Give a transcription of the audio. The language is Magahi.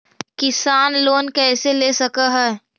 किसान लोन कैसे ले सक है?